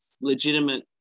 legitimate